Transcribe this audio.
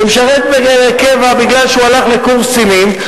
שמשרת בקבע מכיוון שהוא הלך לקורס קצינים,